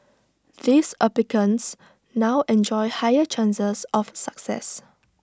these applicants now enjoy higher chances of success